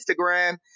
Instagram